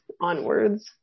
onwards